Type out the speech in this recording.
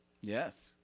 Yes